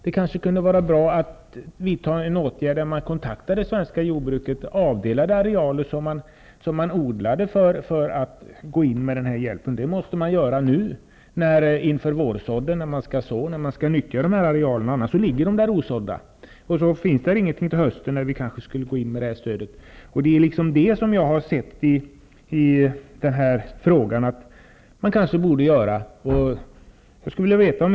Det kunde kanske vara bra att kontakta det svenska jordbruket och avdela arealer för att odla sådant som kan ingå i hjälpen. Det måste göras nu inför vårsådden så att arealerna kan nyttjas -- annars ligger de där osådda och se dan finns det inget utsäde till hösten när stödet skall ges. Min fråga gäller mycket just sådana åtgärder.